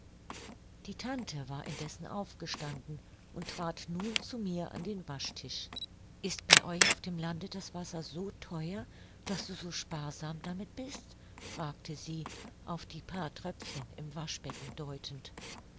die tante war indessen aufgestanden und trat nun zu mir an den waschtisch ist bei euch auf dem lande das wasser so theuer daß du so sparsam damit bist fragte sie auf die paar tröpfchen im waschbecken deutend